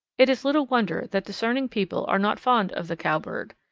it is little wonder that discerning people are not fond of the cowbird.